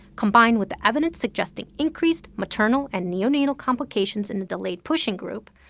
combined with the evidence suggesting increased maternal and neonatal complications in the delayed pushing group,